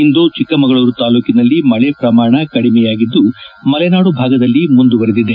ಇಂದು ಚಿಕ್ಕಮಗಳೂರು ತಾಲೂಕಿನಲ್ಲಿ ಮಳಿ ಪ್ರಮಾಣ ಕಡಿಮೆ ಆಗಿದ್ದು ಮಲೆನಾಡು ಭಾಗದಲ್ಲಿ ಮುಂದುವರೆದಿದೆ